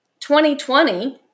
2020